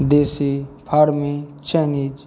देशी farming Chinese